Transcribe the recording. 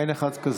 אין אחד כזה.